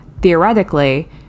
theoretically